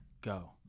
Go